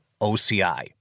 OCI